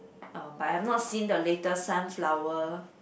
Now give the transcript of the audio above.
uh but I have not seen the latest Sunflower